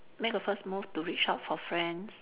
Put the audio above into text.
make a first move to reach out for friends